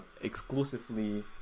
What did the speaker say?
exclusively